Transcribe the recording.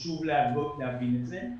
חשוב להבין את זה.